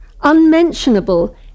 unmentionable